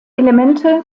elemente